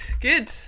good